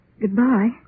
Goodbye